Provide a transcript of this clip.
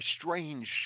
strange